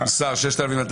אני מצטרפת לשאלה.